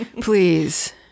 please